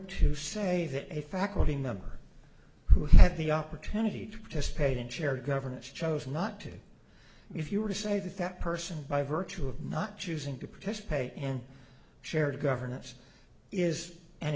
to say that a faculty member who had the opportunity to participate in shared governance chose not to if you were to say that that person by virtue of not choosing to participate and shared governance is